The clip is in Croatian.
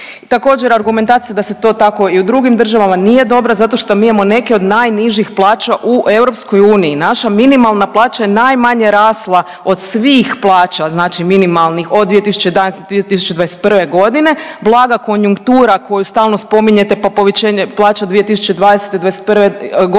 Također, argumentacija da se to tako i u drugim državama nije dobra zato što mi imamo neke od najnižih plaća u EU. Naša minimalna plaća je najmanje rasla od svih plaća, znači minimalnih, od 2011. do 2021. Blaga konjunktura koju stalno spominjete pa povećanje plaća 2020./'21.